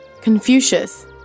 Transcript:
Confucius